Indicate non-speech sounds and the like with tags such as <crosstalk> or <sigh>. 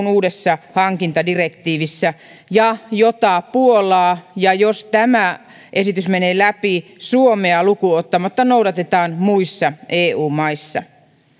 <unintelligible> uudessa hankintadirektiivissä ja jota puolaa ja jos tämä esitys menee läpi suomea lukuun ottamatta noudatetaan muissa eu maissa